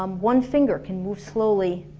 um one finger can move slowly